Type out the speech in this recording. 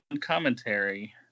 commentary